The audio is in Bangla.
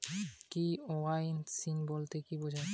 কে.ওয়াই.সি বলতে কি বোঝায়?